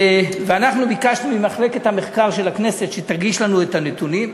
ואנחנו ביקשנו ממחלקת המחקר של הכנסת שתגיש לנו את הנתונים.